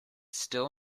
still